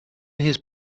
his